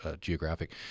Geographic